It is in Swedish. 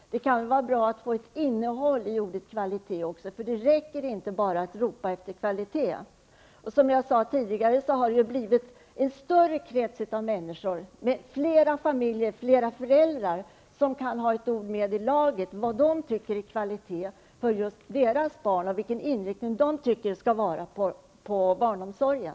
Det kan vara bra att få ett innehåll i ordet kvalitet. Det räcker inte bara att ropa efter kvalitet. En större krets av människor, flera familjer, flera föräldrar, vill ha ett ord med i laget om vad de tycker är kvalitet just för deras barn och vilken inriktning de tycker att det skall vara på barnomsorgen.